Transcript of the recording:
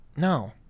No